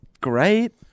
great